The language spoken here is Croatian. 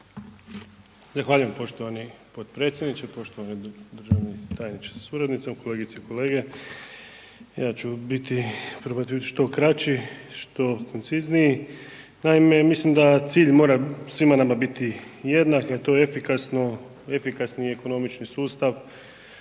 Zahvaljujem poštovani potpredsjedniče, poštovani državni tajniče sa suradnicom, kolegice i kolege. Ja ću probat bit što kraći, što koncizniji. Naime, mislim da cilj mora svima nama biti jednak a to je efikasni i ekonomični sustav